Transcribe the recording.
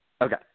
okay